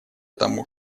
тому